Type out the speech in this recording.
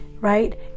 right